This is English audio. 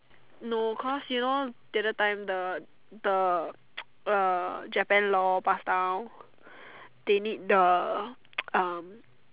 no cause you know the other time the the uh Japan law pass down they need the um